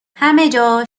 همهجا